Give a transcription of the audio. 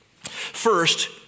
First